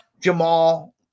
Jamal